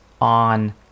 on